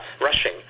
rushing